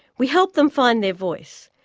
we help them find their voice.